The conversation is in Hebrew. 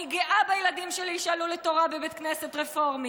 אני גאה בילדים שלי, שעלו לתורה בבית כנסת רפורמי.